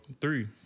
Three